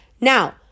Now